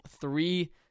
three